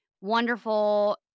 wonderful